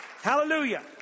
Hallelujah